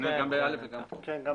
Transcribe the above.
גם בהיתר מזורז א' וגם כאן.